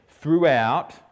throughout